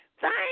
Thank